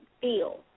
feel